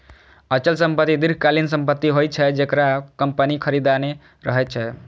अचल संपत्ति दीर्घकालीन संपत्ति होइ छै, जेकरा कंपनी खरीदने रहै छै